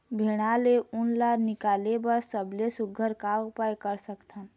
भेड़ा ले उन ला निकाले बर सबले सुघ्घर का उपाय कर सकथन?